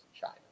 China